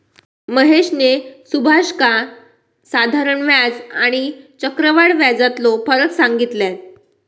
महेशने सुभाषका साधारण व्याज आणि आणि चक्रव्याढ व्याजातलो फरक सांगितल्यान